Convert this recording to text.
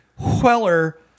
Weller